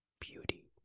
Beauty